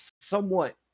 somewhat